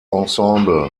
ensemble